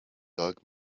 dog